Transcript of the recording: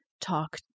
talk